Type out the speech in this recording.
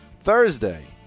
thursday